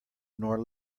nor